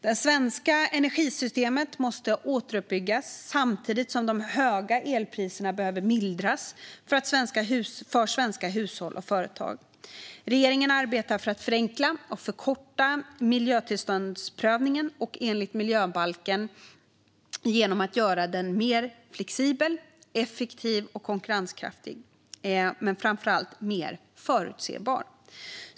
Det svenska energisystemet måste återuppbyggas, samtidigt som de höga elpriserna behöver mildras för svenska hushåll och företag. Regeringen arbetar för att förenkla och förkorta miljötillståndsprövningen enligt miljöbalken genom att göra den mer flexibel, effektiv och konkurrenskraftig och framför allt mer förutsebar.